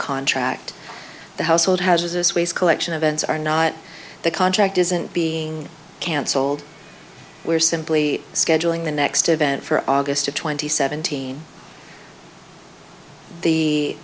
contract the household has a sways collection of events are not the contract isn't being canceled we're simply scheduling the next event for august to twenty seventeen the